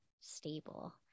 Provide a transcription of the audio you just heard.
stable